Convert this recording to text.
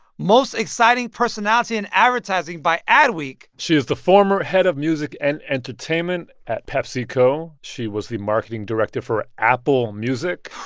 most exciting personality in advertising by adweek she is the former head of music and entertainment at pepsico. she was the marketing director for apple music,